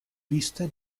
viste